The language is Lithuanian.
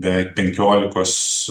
be penkiolikos